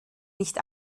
nicht